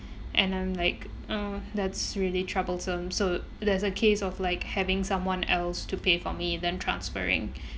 and I'm like uh that's really troublesome so there is a case of like having someone else to pay for me then transferring